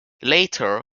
later